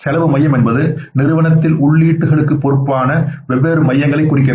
செலவு மையம் என்பது நிறுவனத்தில் உள்ளீடுகளுக்கு பொறுப்பான வெவ்வேறு மையங்களை குறிக்கிறது